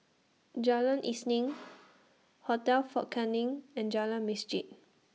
Jalan Isnin Hotel Fort Canning and Jalan Masjid